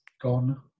gone